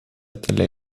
delle